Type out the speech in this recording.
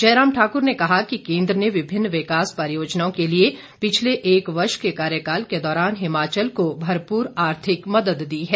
जयराम ठाकुर ने कहा कि केन्द्र ने विभिन्न विकास परियोजनाओं के लिए पिछले एक वर्ष के कार्यकाल के दौरान हिमाचल को भरपूर आर्थिक मदद दी है